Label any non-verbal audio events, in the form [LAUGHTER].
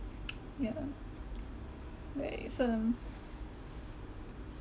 [NOISE] yeah [NOISE] like it's um